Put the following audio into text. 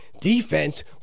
Defense